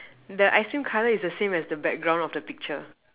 the ice cream colour is the same as the background of the picture